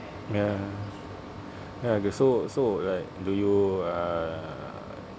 ya ya okay so so like do you uh